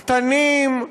קטנים,